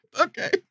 Okay